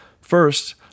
First